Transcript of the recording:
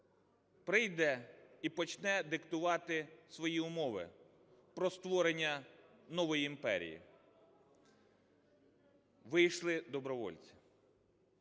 прийде і почне диктувати свої умови про створення нової імперії, - вийшли добровольці.